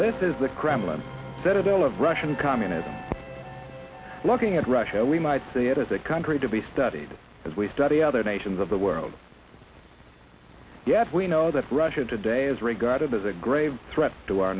this is the kremlin said a bill of russian communism looking at russia we might see it as a country to be studied as we study other nations of the world yet we know that russia today is regarded as a grave threat to our